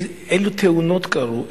אילו תאונות קרו,